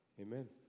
Amen